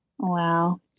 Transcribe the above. Wow